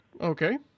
Okay